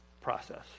process